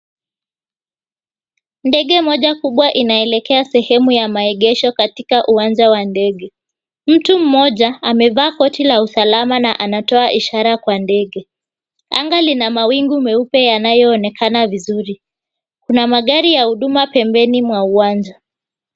Ndege moja kubwa inaelekea naelekea sehemu ya maegesho katika uwanja wa ndege. Mtu mmoja amevaa koti la usalama na anatoa ishara kwa ndege. Anga lina mawingu meupe yanayoonekana vizuri. Kuna magari ya huduma pembeni mwa uwanja.